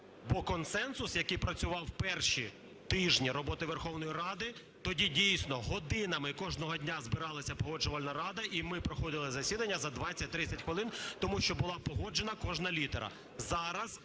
Бо консенсус, який працював перші тижні роботи Верховної Ради, тоді дійсно годинами кожного дня збиралася Погоджувальна рада, і ми проходили засідання за 20-30 хвилин, тому що була погоджена кожна літера.